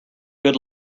good